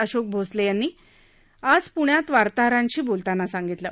अशोक भोसले यांनी आज प्ण्यात वार्ताहरांशी बोलतांना सांगितलं